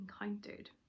encountered